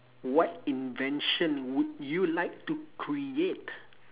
what invention would you like to create